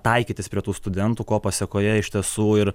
taikytis prie tų studentų ko pasekoje iš tiesų ir